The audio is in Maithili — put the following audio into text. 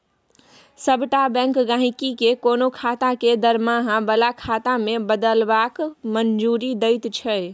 सभटा बैंक गहिंकी केँ कोनो खाता केँ दरमाहा बला खाता मे बदलबाक मंजूरी दैत छै